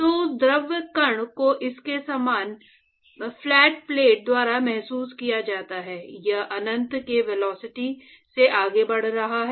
तो उस द्रव कण को इसके सामने फ्लैट प्लेट द्वारा महसूस किया जाता है यह अनंत के वेलोसिटी से आगे बढ़ रहा है